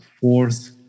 fourth